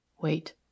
Wait